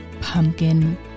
pumpkin